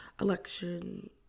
election